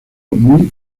muy